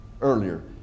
earlier